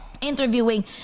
interviewing